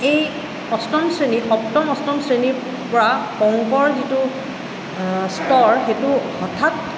এই অষ্টম শ্ৰেণীত সপ্তম অষ্টম শ্ৰেণীৰপৰা অংকৰ যিটো স্তৰ সেইটো হঠাৎ